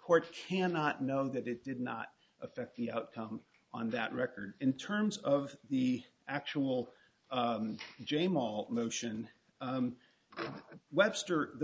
court cannot know that it did not affect the outcome on that record in terms of the actual j malt motion of webster the